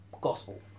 gospel